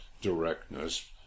directness